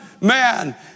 man